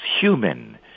human